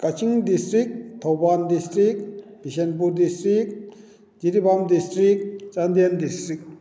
Kakching district Thoubal district Bishnupur district Jiribam district Chandel district